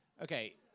Okay